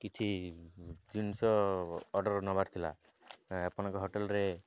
କିଛି ଜିନିଷ ଅର୍ଡ଼ର୍ ନେବାର ଥିଲା ଆପଣଙ୍କ ହୋଟେଲରେ